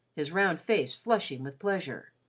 his round face flushing with pleasure.